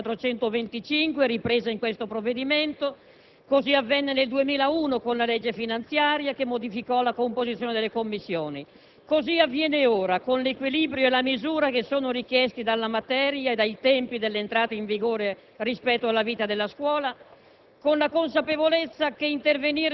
Così avvenne nel 1997, con la legge n. 425, ripresa in questo provvedimento; così avvenne nel 2001, con la legge finanziaria, che modificò la composizione delle commissioni. Così avviene ora, con l'equilibrio e la misura che sono richiesti dalla materia e dai tempi dell'entrata in vigore rispetto alla vita della scuola,